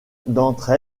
d’entre